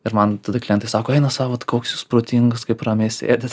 ir man tada klientai sako eina sau vat koks jūs protingas kaip ramiai sėdit